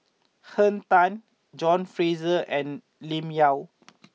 Henn Tan John Fraser and Lim Yau